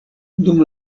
dum